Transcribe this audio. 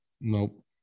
Nope